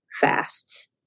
fast